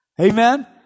Amen